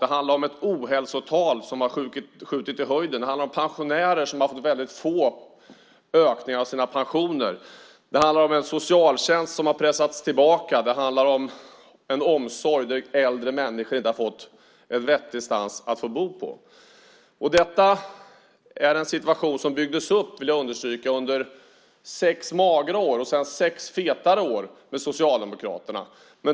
Det handlar om ett ohälsotal som har skjutit i höjden. Det handlar om pensionärer som har haft väldigt få ökningar av sina pensioner. Det handlar om en socialtjänst som har pressats tillbaka. Det handlar om en omsorg där äldre människor inte har fått någon vettig plats att bo på. Detta är en situation som byggdes upp, vill jag understryka, under sex magra år och sedan sex fetare år med Socialdemokraterna.